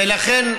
ולכן,